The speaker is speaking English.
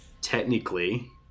technically